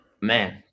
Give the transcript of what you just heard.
man